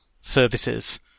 services